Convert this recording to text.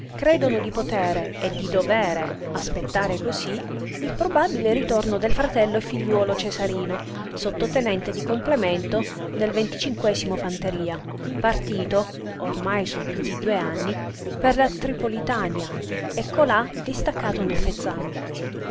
credono di potere e di dovere aspettare cosí il probabile ritorno del fratello e figliuolo cesarino sottotenente di complemento del era partito ormai son piú di due anni per la tripolitania e colà distaccato nel fezzan